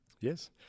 Yes